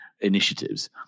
initiatives